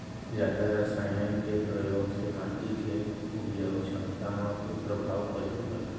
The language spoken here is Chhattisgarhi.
जादा रसायन के प्रयोग से माटी के उपजाऊ क्षमता म कोई प्रभाव पड़ही का?